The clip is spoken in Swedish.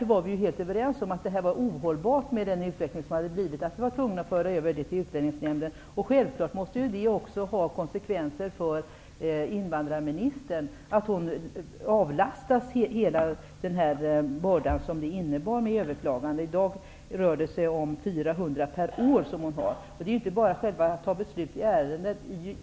Vi var ju helt överens om att utvecklingen var ohållbar. Därför var vi tvungna att föra över ärenden till Utlänningsnämnden. Självfallet fick detta också konsekvenser för invandrarministern genom att hon avlastades hela den börda som överklagandena innebar. De ärenden som i dag beslutas av invandrarministern rör sig om 400 per år. Det handlar ju inte bara om att fatta beslut i ärenden.